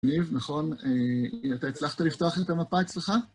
ניב, נכון, אתה הצלחת לפתוח לי את המפה אצלך?